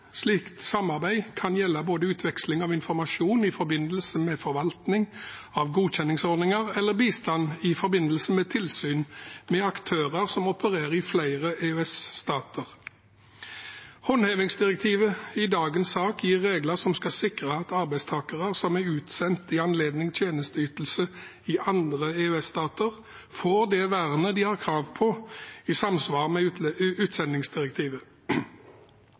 Slikt samarbeid kan gjelde både utveksling av informasjon i forbindelse med forvaltning av godkjenningsordninger og bistand i forbindelse med tilsyn med aktører som opererer i flere EØS-stater. Håndhevingdirektivet i dagens sak gir regler som skal sikre at arbeidstakere som er utsendt i anledning tjenesteytelse i andre EØS-stater, får det vernet de har krav på i samsvar med utsendingsdirektivet.